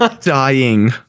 dying